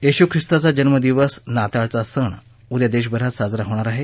येशू ख्रिस्ताचा जन्मदिवस नाताळचा सण उद्या देशभरात साजरा होणार आहे